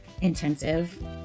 intensive